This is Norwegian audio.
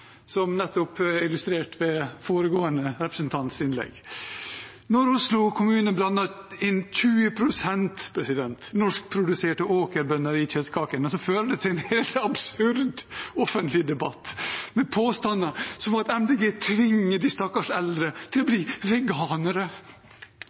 illustrert ved foregående representants innlegg. Når Oslo kommune blander inn 20 pst. norskproduserte åkerbønner i kjøttkakene, fører det til en helt absurd offentlig debatt med påstander som at Miljøpartiet De Grønne tvinger de stakkars eldre til å